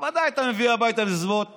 בוודאי אתה מביא הביתה בסביבות 100,000,